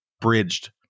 bridged